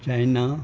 China